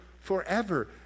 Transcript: forever